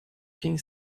quem